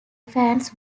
fans